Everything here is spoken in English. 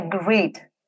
agreed